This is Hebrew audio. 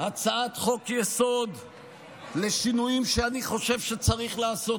הצעת חוק-יסוד לשינויים שאני חושב שצריך לעשות,